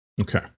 Okay